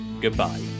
goodbye